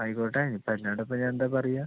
ആയിക്കോട്ടെ ഇപ്പം അല്ലാണ്ട് ഇപ്പം ഞാൻ എന്താ പറയുക